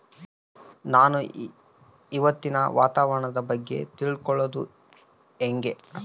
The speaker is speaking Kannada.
ನಾನು ಇವತ್ತಿನ ವಾತಾವರಣದ ಬಗ್ಗೆ ತಿಳಿದುಕೊಳ್ಳೋದು ಹೆಂಗೆ?